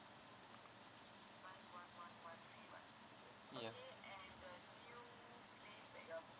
yup